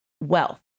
wealth